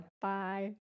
bye